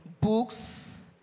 books